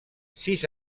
sis